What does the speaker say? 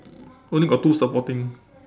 only got two supporting